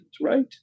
right